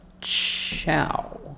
Ciao